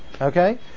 Okay